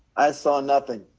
i saw nothing.